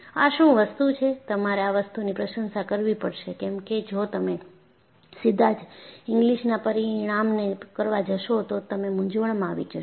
આ શું વસ્તુ છે તમારે આ વસ્તુની પ્રશંસા કરવી પડશે કેમકે જો તમે સીધા જ ઈંગ્લીસના પરિણામને કરવા જશો તો તમે મૂંઝવણમાં આવી જશો